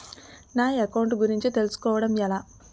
నా అకౌంట్ గురించి తెలుసు కోవడం ఎలా?